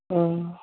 ꯎꯝ